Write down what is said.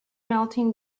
melting